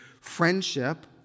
friendship